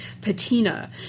patina